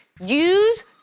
use